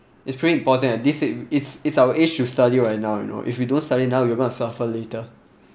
it's pretty important and this age it's it's our age you study right now you know if you don't study now you're gonna suffer later